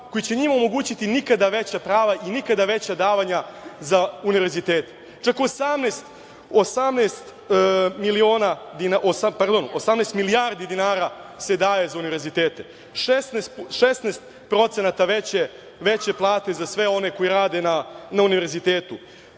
koji će njima omogućiti nikada veća prava i nikada veća davanja za univerzitete. Preko 18 milijardi dinara se daje za univerzitete, 16% veće plate za sve one koji rade na univerzitetu,